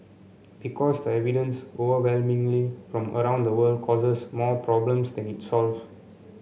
because the evidence overwhelmingly from around the world causes more problems than it solve